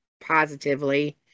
positively